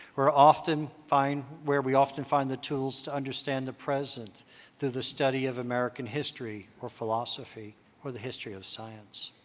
we're often find, where we often find the tools to understand the present through the study of american history or philosophy or the history of science.